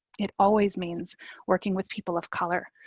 it always means working with people of color.